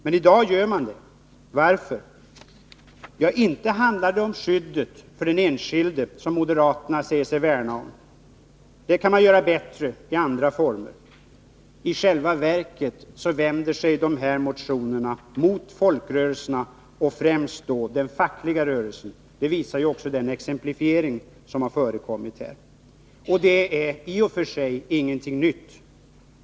Men i dag gör man det. Varför? Ja, inte handlar det om skyddet för den enskilde, som moderaterna säger sig värna om. Det kan man göra bättre i andra former. I själva verket vänder sig de här motionerna mot folkrörelserna och främst mot den fackliga rörelsen. Det visar också den exemplifiering som har förekommit här. Det är i och för sig ingenting nytt.